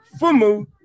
Fumu